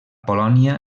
polònia